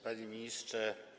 Panie Ministrze!